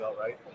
right